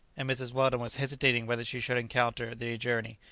and mrs. weldon was hesitating whether she should encounter the journey,